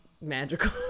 magical